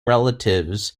relatives